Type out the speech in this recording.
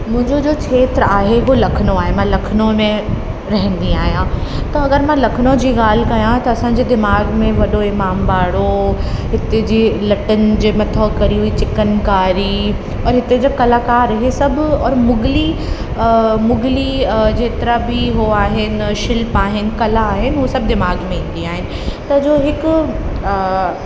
मुंहिंजो जो खेत्र आहे उहो लखनऊ आहे लखनऊ में रहंदी आहियां त अगरि मां लखनऊं जी ॻाल्हि कयां त असांजे दिमाग़ में वॾो इमाम बाड़ो हिते जी लटनि जे मथा करी हुई चिकनकारी और हितां जी कलाकार इहे सभु औरि मुगली मुगली जेतिरा बि उहे आहिनि शिल्प आहिनि कला आहिनि उहे सभु दिमाग़ में ईंदी आहिनि त जो हिकु